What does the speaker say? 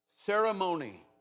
ceremony